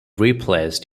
replaced